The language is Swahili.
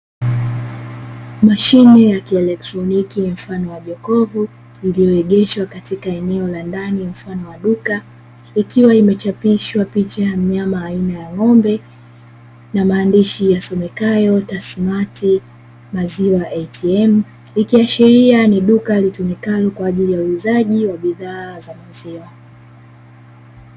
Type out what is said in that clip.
Mashine ya kielektroniki mfano wa jokofu, liyoegeshwa eneo la ndani mfano wa duka, ikiwa imechapishwa picha ya mnyama aina ya ng'ombe na maandishi yasomekayo " TASMATI MAZIWA ATM " ikiashiria ni duka litumikalo kwa ajili ya uuzaji wa bidhaa za maziwa.